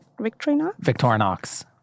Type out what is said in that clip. Victorinox